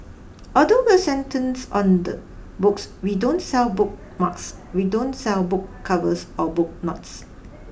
although we're centres on the books we don't sell bookmarks we don't sell book covers or bookmarks